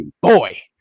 boy